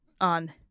on